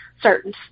certain